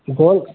गोल